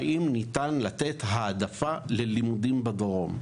האם ניתן לתת העדפה ללימודים בדרום?